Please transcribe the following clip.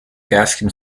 gascon